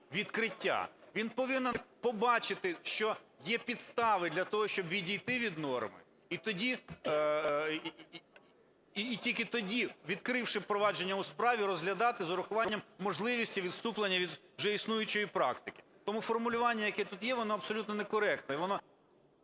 Він повинен побачити, що є підстави для того, щоб відійти від норми, і тільки тоді, відкривши провадження у справі, розглядати з урахуванням можливості відступлення від вже існуючої практики. Тому формулювання, яке тут є, воно абсолютно некоректне